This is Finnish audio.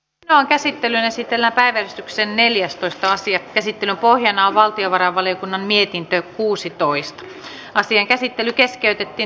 team käsittelen esitellä päivystyksen neljästoista sija käsittelyn pohjanaan valtiovarainvaliokunnan mietintö kuusitoista asian käsittely keskeytettiin